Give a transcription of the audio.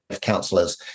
councillors